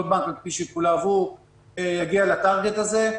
כל בנק לפי שיקוליו הוא יגיע לטרגט הזה.